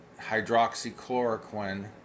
hydroxychloroquine